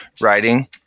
writing